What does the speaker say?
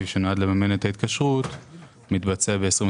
שנועד לממן את ההתקשרות מתבצע ב-23'.